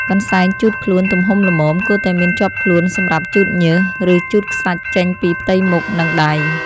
កន្សែងជូតខ្លួនទំហំល្មម គួរតែមានជាប់ខ្លួនសម្រាប់ជូតញើស ឬជូតខ្សាច់ចេញពីផ្ទៃមុខ និងដៃ។